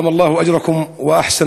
בבקשה, ההרשמה